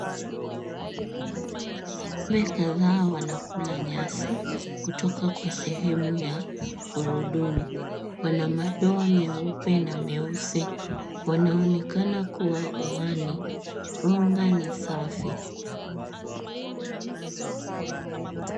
Ng'ombe kadhaa wanakula nyasi kutoka kwa sehemu ya gurudumu. Wana madoa meupe na meusi, wanaonekana kuwa uani, runga ni safi.